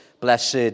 Blessed